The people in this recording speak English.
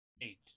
Eight